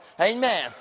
Amen